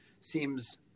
seems